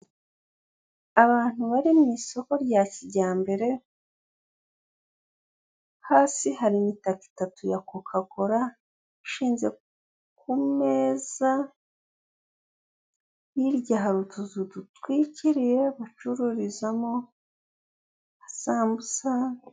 Abantu bari mu isoko rya kijyambere, hasi hari imitaka itatu ya kokakola ishinze ku meza, hirya hari utuzu dutwikiriye bacururizamo isambusa.